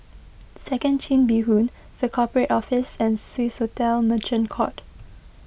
Second Chin Bee Road the Corporate Office and Swissotel Merchant Court